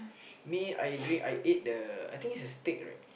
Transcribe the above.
me I drink I ate the I think it's a steak right